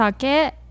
Sake